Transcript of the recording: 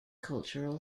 cultural